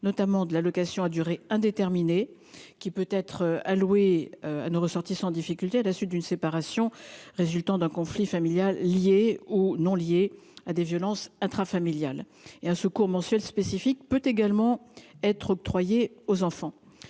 notamment à l'allocation à durée indéterminée, qui peut être octroyée à nos ressortissants en difficulté à la suite d'une séparation résultant d'un conflit familial lié ou non à des violences intrafamiliales. Un secours mensuel peut également être accordé aux enfants.